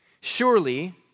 Surely